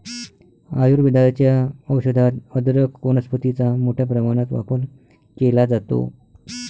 आयुर्वेदाच्या औषधात अदरक वनस्पतीचा मोठ्या प्रमाणात वापर केला जातो